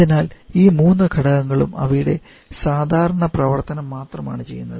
അതിനാൽ ഈ മൂന്ന് ഘടകങ്ങളും അവയുടെ സാധാരണ പ്രവർത്തനം മാത്രമാണ് ചെയ്യുന്നത്